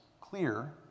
clear